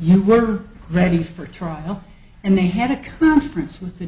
you were ready for trial and they had a conference with the